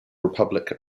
republic